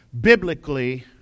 biblically